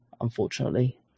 unfortunately